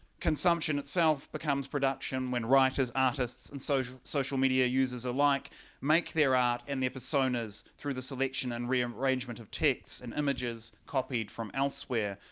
consumption itself becomes production when writers artists and social social media users alike make their art in their personas through the selection and rearrangement of texts and images copied from elsewhere,